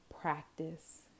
practice